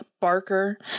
Barker